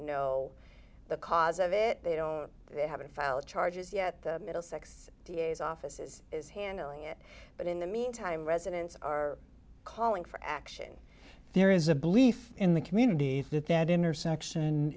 know the cause of it they don't they haven't filed charges yet the middlesex d a s office is is handling it but in the meantime residents are calling for action there is a belief in the community at that intersection